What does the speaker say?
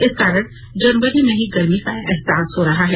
इस कारण जनवरी में ही गर्मी का एहसास हो रहा है